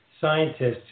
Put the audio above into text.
scientists